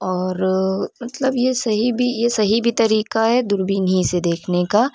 اور مطلب یہ صحیح بھی یہ صحیح بھی طریقہ ہے دور بین ہی سے دیکھنے کا